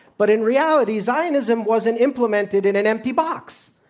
but in reality, zionism wasn't implemented in an empty box.